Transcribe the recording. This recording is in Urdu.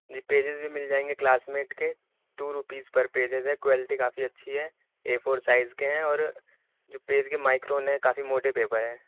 جی پیجز بھی مل جائیں گے کلاس میٹ کے ٹو روپیز پر پیجز ہے کوالٹی بھی کافی اچھی ہے اے فور سائز کے اور جو پیج کے مائیکرون ہیں کافی موٹے پیپر ہیں